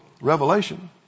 Revelation